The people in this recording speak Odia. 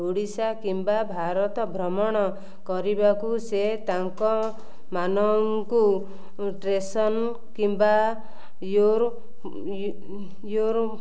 ଓଡ଼ିଶା କିମ୍ବା ଭାରତ ଭ୍ରମଣ କରିବାକୁ ସେ ତାଙ୍କମାନଙ୍କୁ ଟ୍ରେସନ୍ କିମ୍ବା ୟୋର୍ ୟୋର୍